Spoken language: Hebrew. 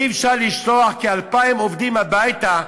אי-אפשר לשלוח כ-2,000 עובדים הביתה,